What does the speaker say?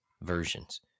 versions